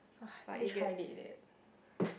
!wah! haven't tried it yet